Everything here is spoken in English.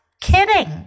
kidding